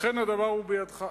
לכן הדבר הוא בידך.